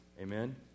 Amen